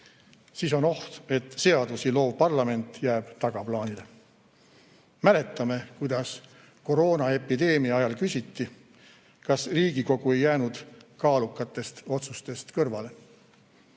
siis on oht, et seadusi loov parlament jääb tagaplaanile. Mäletame, kuidas koroonaepideemia ajal küsiti, kas Riigikogu ei jäänud kaalukatest otsustest kõrvale.